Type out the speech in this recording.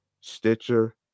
Stitcher